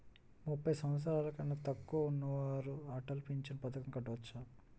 ముప్పై సంవత్సరాలకన్నా తక్కువ ఉన్నవారు అటల్ పెన్షన్ పథకం కట్టుకోవచ్చా?